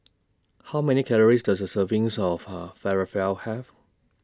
How Many Calories Does A servings of Her Falafel Have